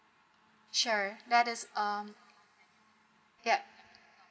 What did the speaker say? sure there's um yup